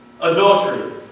Adultery